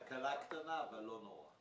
כמה כלכלנים?